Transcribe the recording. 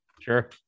Sure